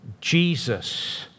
Jesus